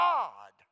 God